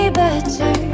better